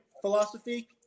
philosophy